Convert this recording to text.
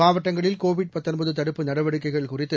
மாவட்டங்களில் கோவிட் தடுப்பு நடவடிக்கைகள் குறித்து